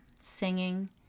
singing